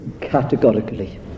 categorically